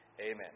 Amen